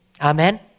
Amen